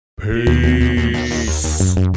Peace